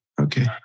Okay